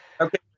Okay